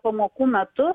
pamokų metu